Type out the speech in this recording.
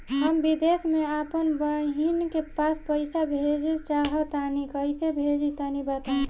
हम विदेस मे आपन बहिन के पास पईसा भेजल चाहऽ तनि कईसे भेजि तनि बताई?